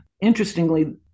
interestingly